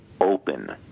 open